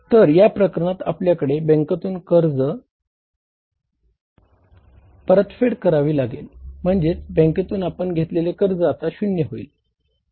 तर या प्रकरणात आपल्याला बँकेतून घेतलेल्या रकमेची परतफेड परत करावी लागेल म्हणजे बँकेतून आपण घेतलेले कर्ज आता शून्य होईल